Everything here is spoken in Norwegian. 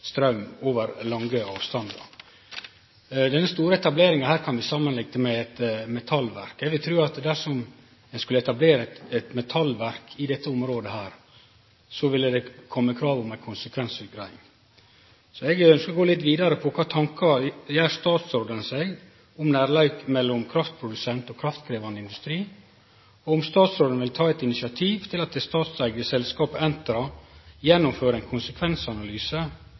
over lange avstandar. Denne store etableringa kan vi samanlikne med eit metallverk. Eg vil tru at dersom ein skulle etablere eit metallverk i dette området, ville det komme krav om ei konsekvensutgreiing. Eg ønskjer å gå litt vidare på kva tankar statsråden gjer seg om nærleik mellom kraftprodusent og kraftkrevjande industri, og om statsråden vil ta eit initiativ til at det statsåtte selskapet Entra gjennomfører ein konsekvensanalyse